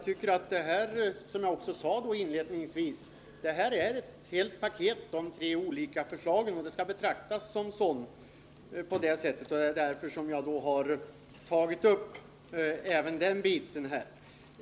Anledningen är, som jag också inledningsvis sade, att de olika förslagen tillsammans utgör ett paket och skall betraktas på det sättet.